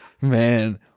man